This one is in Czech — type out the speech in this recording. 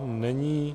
Není.